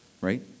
right